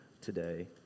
today